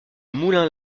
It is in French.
moulins